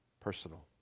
Personal